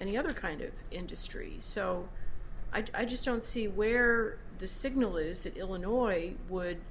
any other kind of industries so i just don't see where the signal is that illinois would